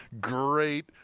great